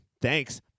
Thanks